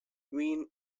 between